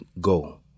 go